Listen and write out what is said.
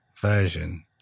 version